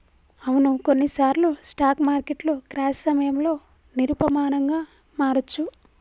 అవును కొన్నిసార్లు స్టాక్ మార్కెట్లు క్రాష్ సమయంలో నిరూపమానంగా మారొచ్చు